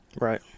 Right